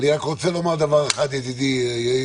אני רוצה לומר דבר אחד, ידידי יאיר,